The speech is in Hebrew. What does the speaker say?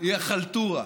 הוא החלטורה.